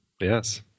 Yes